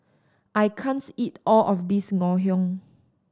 I can't eat all of this Ngoh Hiang